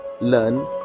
learn